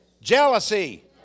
jealousy